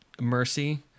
mercy